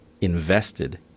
invested